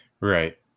Right